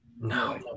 No